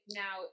now